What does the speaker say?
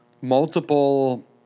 multiple